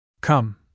Come